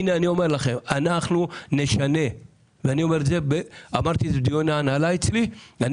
הנה אני אומר לכם שאנחנו נשנה - אמרתי את זה בדיון ההנהלה אצלי ואני